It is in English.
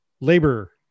labor